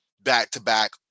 back-to-back